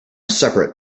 separate